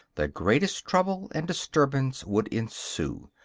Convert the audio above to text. the greatest trouble and disturbance would ensue.